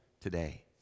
today